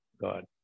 God